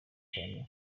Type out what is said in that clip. cyane